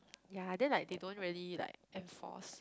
ya then like they don't really like enforce